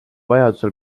vajadusel